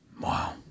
Wow